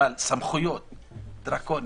אבל סמכויות דרקוניות,